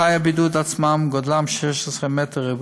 תאי הבידוד עצמם, גודלם 16 מ"ר.